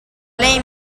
play